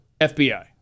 FBI